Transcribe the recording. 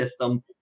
system